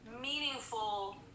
meaningful